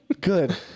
good